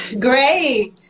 great